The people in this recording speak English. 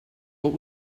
what